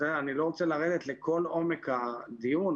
אני לא רוצה לרדת לכל עומק הדיון,